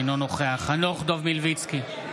אינו נוכח חנוך דב מלביצקי,